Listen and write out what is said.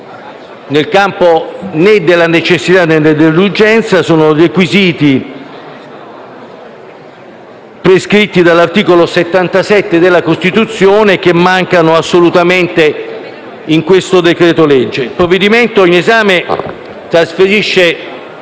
nel campo né della necessità, né dell'urgenza, sono requisiti prescritti dall'articolo 77 della Costituzione che mancano assolutamente in questo decreto-legge. Il provvedimento in esame trasferisce,